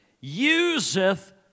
useth